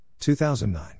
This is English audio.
2009